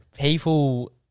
people